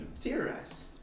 theorize